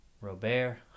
Robert